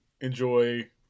enjoy